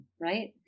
right